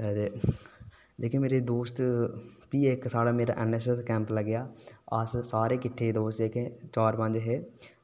लेकिन मेरे दोस्त इक मेरा ऐन्नऐस्सऐस्स दा कैम्प लग्गेआ अस सारे किठ्ठे दोस्त चार पंज जेह्ड़े